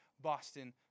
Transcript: Boston